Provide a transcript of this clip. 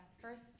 first